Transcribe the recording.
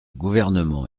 gouvernement